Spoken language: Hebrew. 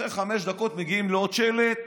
אחרי חמש דקות מגיעים לעוד שלט,